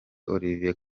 olivier